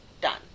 done